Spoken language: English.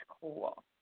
cool